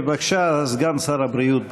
בבקשה, סגן שר הבריאות.